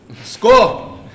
score